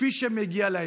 כפי שמגיע להם,